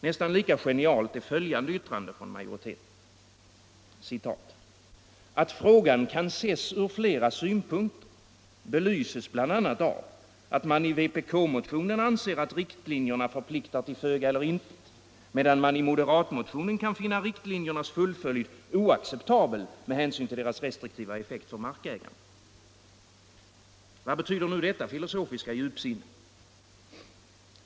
Nästan lika genialt är följande yttrande från majoriteten: ”Att frågan kan ses ur flera synpunkter belyses bl.a. av att medan man i motionen 16” — vpk-motionen — ”anser att riktlinjerna —-—-=—- förpliktar till föga eller intet, man i motionen 7” — moderatmotionen — ”kan finna riktlinjernas fullföljd oacceptabel med hänsyn till deras restriktiva effekt för markägarna.” Vad betyder nu detta filosofiska djupsinne?